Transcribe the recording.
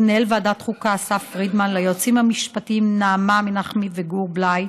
למנהל ועדת חוקה אסף פרידמן וליועצים המשפטיים נעמה מנחמי וגור בליי.